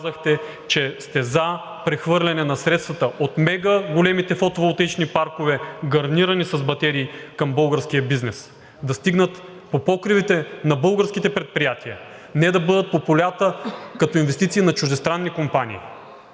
че сте за прехвърляне на средствата от мегаголемите фотоволтаични паркове, гарнирани с батерии, към българския бизнес, да стигнат до покривите на българските предприятия, не да бъдат по полята като инвестиции на чуждестранни компании.